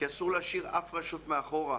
כי אסור להשאיר אף רשות מאחורה,